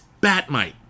Batmite